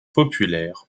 populaire